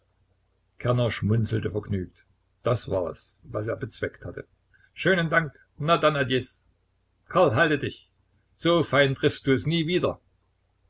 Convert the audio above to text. kerner schmunzelte vergnügt das war es was er bezweckt hatte schönen dank na dann adjes karl halte dich so fein triffst du es nie wieder